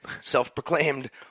self-proclaimed